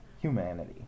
humanity